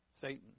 Satan